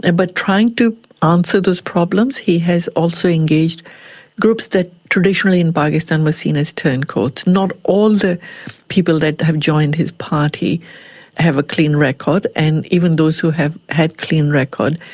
and but trying to answer those problems he has also engaged groups that traditionally in pakistan were seen as turncoats. not all the people that have joined his party have a clean record, and even those who have had clean records,